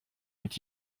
mit